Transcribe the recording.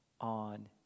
on